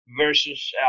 versus